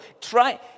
try